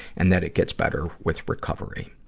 and that it gets better with recovery.